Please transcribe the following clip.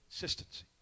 Consistency